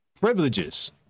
privileges